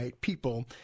people